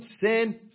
sin